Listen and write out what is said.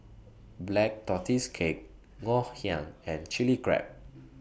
Black Tortoise Cake Ngoh Hiang and Chili Crab